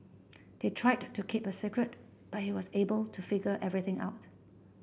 they tried to keep it a secret but he was able to figure everything out